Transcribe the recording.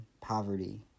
poverty